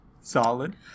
Solid